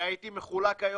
אנחנו נהיה מוכנים לחכות קצת,